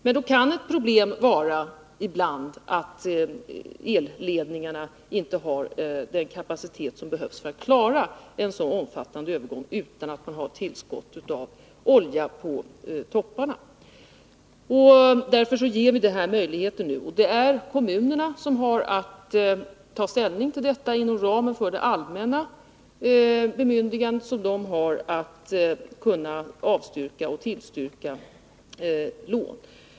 Men det kan vara ett problem att elledningarna ibland inte har den kapacitet som behövs för att klara en så omfattande övergång — utan tillskott av olja vid toppbelastning. Därför öppnar vi nu den här möjligheten, och det är kommunerna som har att ta ställning till låneansökningarna inom ramen för det allmänna bemyndigande de har att avstyrka och tillstyrka lån.